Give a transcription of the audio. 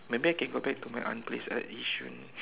maybe I can go back to my aunt place at yishun